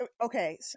okay